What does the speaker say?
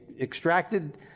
extracted